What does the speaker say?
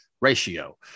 ratio